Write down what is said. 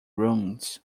ruins